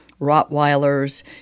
Rottweilers